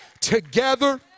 together